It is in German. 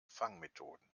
fangmethoden